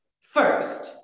first